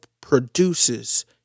produces